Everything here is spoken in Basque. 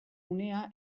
unea